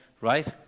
right